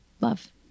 love